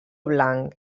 blanc